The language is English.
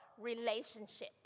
relationship